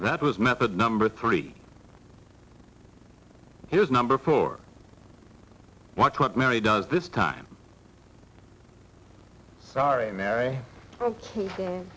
that was method number three here's number four watch what mary does this time sorry mary ok